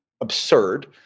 absurd